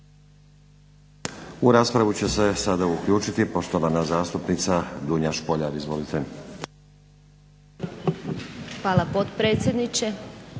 U raspravu će se sada uključiti poštovana zastupnica Dunja Špoljar. Izvolite. **Špoljar,